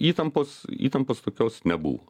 įtampos įtampos tokios nebuvo